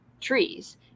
trees